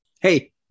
Hey